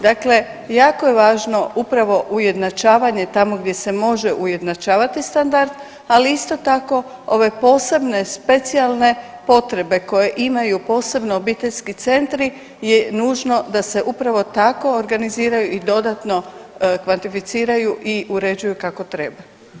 Dakle, jako je važno upravo ujednačavanje tamo gdje se može ujednačavati standard, ali isto tako ove posebne specijalne potrebe koje imaju posebno obiteljski centri je nužno da se upravo tako organiziraju i dodatno kvantificiraju i uređuju kako treba.